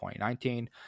2019